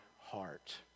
heart